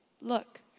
look